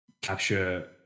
capture